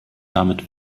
damit